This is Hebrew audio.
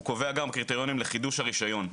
הוא קובע גם קריטריונים לחידוש הרישיון.